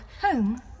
Home